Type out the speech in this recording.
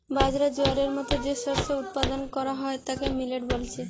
বাজরা, জোয়ারের মতো যে শস্য উৎপাদন কোরা হয় তাকে মিলেট বলছে